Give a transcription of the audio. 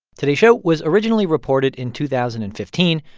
today's show was originally reported in two thousand and fifteen.